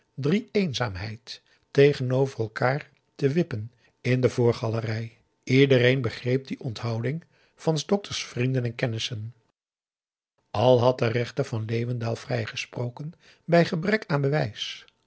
drieëenzaamheid tegenover elkaar te wippen in de voorgalerij iedereen begreep die onthouding van s dokters vrienden en kennissen al had de rechter van leeuwendaal vrijgesproken bij gebrek aan bewijs